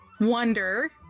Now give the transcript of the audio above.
Wonder